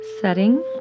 setting